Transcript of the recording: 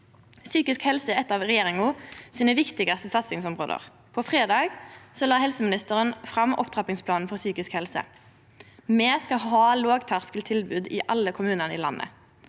Psykisk helse er eit av dei viktigaste satsingsområda til regjeringa. På fredag la helseministeren fram opptrappingsplanen for psykisk helse. Me skal ha lågterskeltilbod i alle kommunane i landet.